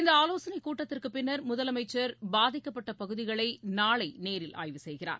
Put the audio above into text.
இந்த ஆவோசனைக் கூட்டத்திற்குப் பின்னர் முதலமைச்சர் பாதிக்கப்பட்ட பகுதிகளை நாளை நேரில் ஆய்வு செய்கிறார்